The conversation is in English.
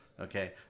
Okay